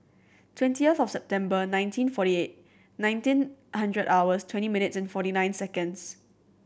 twentieth of September nineteen forty eight nineteen hundred hours twenty minutes and forty nine seconds